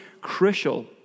crucial